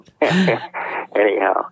Anyhow